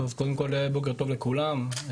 בוקר טוב לכולם,